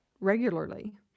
regularly